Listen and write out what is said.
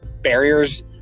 barriers